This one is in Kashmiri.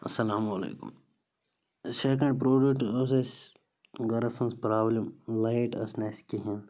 السلامُ علیکُم سٮ۪کنٛڈ پرٛوٚڈَکٹ ٲس اَسہِ گَرَس منٛز پرٛابلِم لایِٹ ٲس نہٕ اَسہِ کِہیٖنۍ